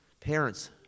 Parents